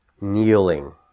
kneeling